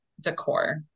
decor